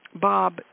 bob